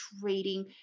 trading